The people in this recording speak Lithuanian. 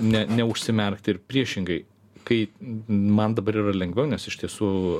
ne neužsimerkt ir priešingai kai man dabar yra lengviau nes iš tiesų